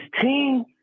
team